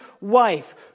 wife